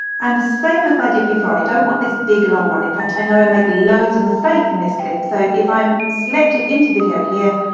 and same as i did before i don't want this big long one, in fact i know i make loads of mistakes in this clip so if i'm selected into video here,